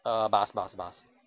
err bus bus bus